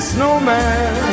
Snowman